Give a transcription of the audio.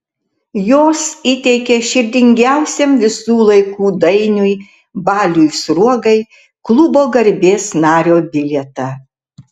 jos įteikė širdingiausiam visų laikų dainiui baliui sruogai klubo garbės nario bilietą